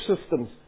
systems